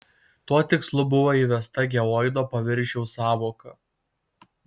tuo tikslu buvo įvesta geoido paviršiaus sąvoka